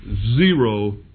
zero